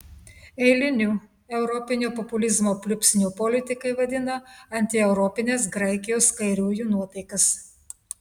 eiliniu europinio populizmo pliūpsniu politikai vadina antieuropines graikijos kairiųjų nuotaikas